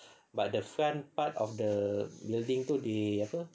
but the front part of the building tu di apa